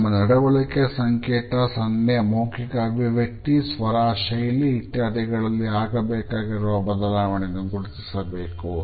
ನಮ್ಮ ನಡವಳಿಕೆ ಸಂಕೇತ ಸನ್ನೆ ಮೌಖಿಕ ಅಭಿವ್ಯಕ್ತಿ ಸ್ವರ ಶೈಲಿ ಇತ್ಯಾದಿಗಳಲ್ಲಿ ಆಗಬೇಕಿರುವ ಬದಲಾವಣೆಗಳನ್ನು ಗುರುತಿಸಬೇಕು